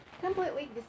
completely